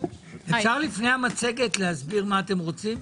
אפשר לפני המצגת להסביר מה אתם רוצים?